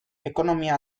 ekonomia